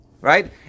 right